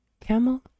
camel